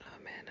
Amen